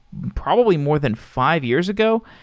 probably more than five years ago.